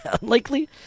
unlikely